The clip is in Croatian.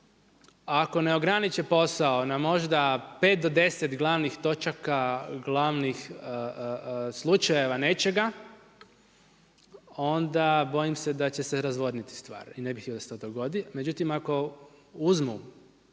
Ako ne ograniče posao na možda 5 do 10 glavnih točaka, glavnih slučajeva nečega onda bojim se da će se razvodniti stvar i ne bih htio da se to dogodi. Međutim, ako uzmu